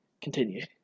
Continue